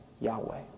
Yahweh